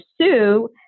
Sue